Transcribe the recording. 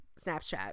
Snapchat